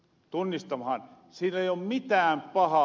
siinä ei oo mitään pahaa